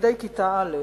מתלמידי כיתה א'